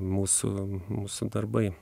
mūsų mūsų darbai